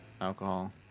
alcohol